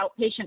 outpatient